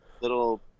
little